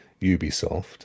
Ubisoft